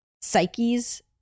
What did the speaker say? psyches